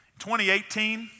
2018